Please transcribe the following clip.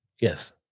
Yes